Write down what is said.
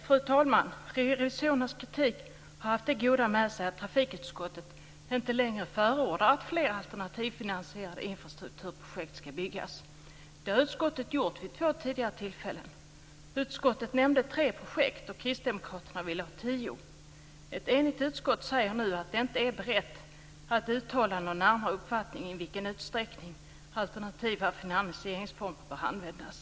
Fru talman! Revisorernas kritik har haft det goda med sig att trafikutskottet inte längre förordar att fler alternativfinansierade infrastrukturprojekt ska byggas. Det har utskottet gjort vid två tidigare tillfällen. Utskottet nämnde tre projekt, och kristdemokraterna vill ha tio projekt. Ett enigt utskott säger nu att det inte är berett att uttala någon närmare uppfattning i vilken utsträckning alternativa finansieringsformer bör användas.